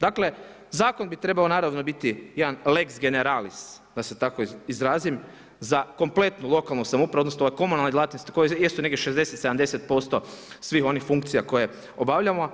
Dakle, zakon bi trebao naravno biti jedan lex generalis da se tako izrazim za kompletnu lokalnu samoupravu odnosno ovu komunalnu djelatnost koja je isto negdje 60, 70% svih onih funkcija koje obavljamo.